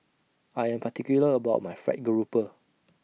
I Am particular about My Fried Garoupa